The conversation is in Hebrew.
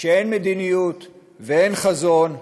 כשאין מדיניות ואין חזון,